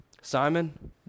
Simon